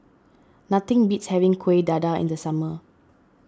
nothing beats having Kuih Dadar in the summer